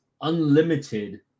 unlimited